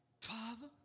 Father